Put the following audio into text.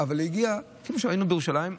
אבל כפי שראינו בירושלים,